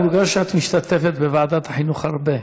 מורגש שאת משתתפת בוועדת החינוך הרבה.